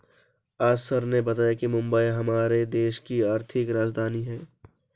आज सर ने बताया कि मुंबई हमारे देश की आर्थिक राजधानी है